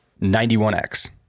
91X